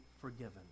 forgiven